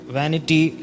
vanity